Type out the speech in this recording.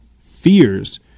fears